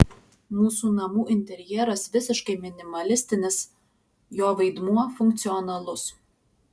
mūsų namų interjeras visiškai minimalistinis jo vaidmuo funkcionalus